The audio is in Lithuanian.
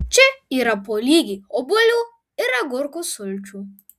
čia yra po lygiai obuolių ir agurkų sulčių